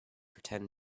ten